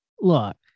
look